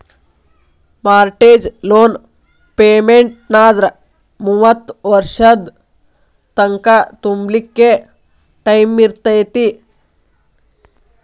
mortgage loan ಪೆಮೆನ್ಟಾದ್ರ ಮೂವತ್ತ್ ವರ್ಷದ್ ತಂಕಾ ತುಂಬ್ಲಿಕ್ಕೆ ಟೈಮಿರ್ತೇತಿ